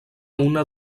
una